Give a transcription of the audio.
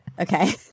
Okay